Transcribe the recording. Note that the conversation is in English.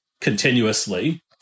continuously